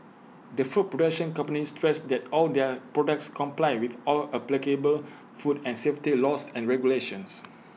the food production company stressed that all their products comply with all applicable food and safety laws and regulations